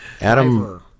adam